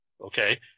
okay